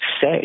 say